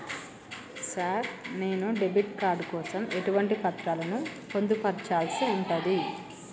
Sir నేను debit card కోసం ఎటువంటి పత్రాలను పొందుపర్చాల్సి ఉంటది?